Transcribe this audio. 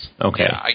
Okay